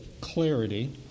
clarity